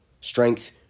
Strength